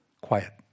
quiet